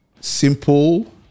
Simple